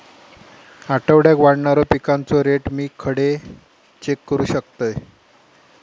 आठवड्याक वाढणारो पिकांचो रेट मी खडे चेक करू शकतय?